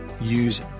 Use